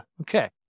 Okay